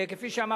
כפי שאמרתי,